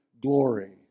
glory